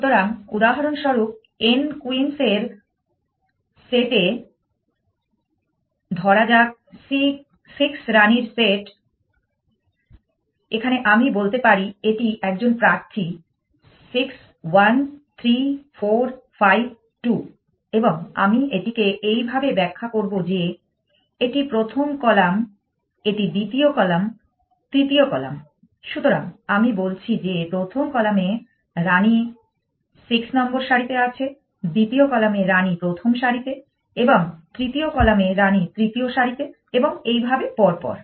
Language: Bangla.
সুতরাং উদাহরণস্বরূপ n কুইন্স এর সেট এ ধরা যাক 6 রানীর সেট এখানে আমি বলতে পারি এটি একজন প্রার্থী 6 1 3 4 5 2 এবং আমি এটিকে এই ভাবে ব্যাখ্যা করব যে এটি প্রথম কলাম এটি দ্বিতীয় কলাম তৃতীয় কলাম সুতরাং আমি বলছি যে প্রথম কলাম এর রানী 6 নম্বর সারিতে আছে দ্বিতীয় কলাম এর রানী প্রথম সারিতে এবং তৃতীয় কলাম এর রানী তৃতীয় সারিতে এবং এইভাবে পরপর